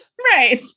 Right